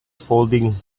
folding